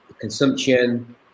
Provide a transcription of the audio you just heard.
consumption